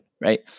right